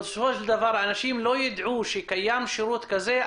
בסופו של דבר אנשים לא ידעו שקיים שירות כזה,